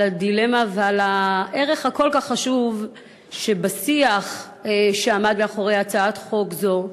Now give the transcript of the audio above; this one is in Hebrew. על הדילמה ועל הערך הכל-כך חשוב שבשיח שעמד מאחורי הצעת חוק זו: